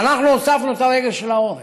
ואנחנו הוספנו את הרגל של העורף.